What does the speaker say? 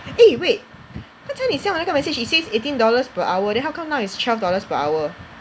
eh wait 刚才你 send 我那个 message it says eighteen dollars per hour then how come now it's twelve dollars per hour